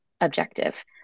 objective